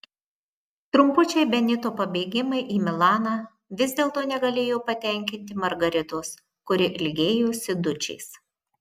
trumpučiai benito pabėgimai į milaną vis dėlto negalėjo patenkinti margaritos kuri ilgėjosi dučės